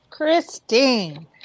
Christine